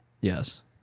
Yes